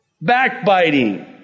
backbiting